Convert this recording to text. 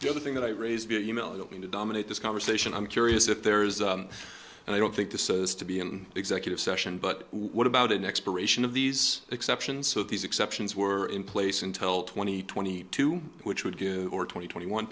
the other thing that i raise via email is open to dominate this conversation i'm curious if there is and i don't think this says to be in executive session but what about an expiration of these exceptions so these exceptions were in place until twenty twenty two which would give or twenty twenty one